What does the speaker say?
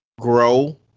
Grow